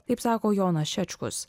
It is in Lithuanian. taip sako jonas šečkus